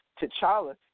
T'Challa